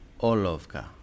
Olovka